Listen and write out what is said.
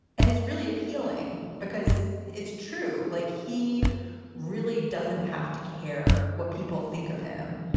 and it's really appealing because it's true. like he really doesn't have to care what people think of him.